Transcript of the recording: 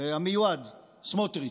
המיועד סמוטריץ',